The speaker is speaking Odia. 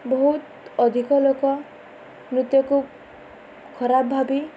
ବହୁତ ଅଧିକ ଲୋକ ନୃତ୍ୟକୁ ଖରାପ ଭାବି